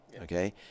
Okay